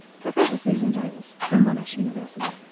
professor susan davis from monash university.